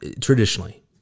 traditionally